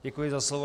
Děkuji za slovo.